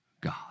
God